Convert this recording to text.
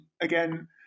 again